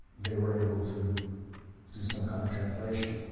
they were able to do some kind of translation.